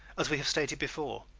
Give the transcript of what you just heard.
as we have stated before.